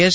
S